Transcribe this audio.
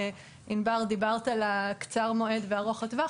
ענבר דיברה על טיפול קצר מועד ועל טיפול ארוך טווח,